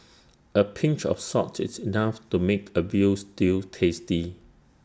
A pinch of salt is enough to make A Veal Stew tasty